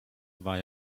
war